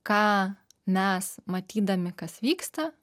ką mes matydami kas vyksta